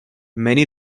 many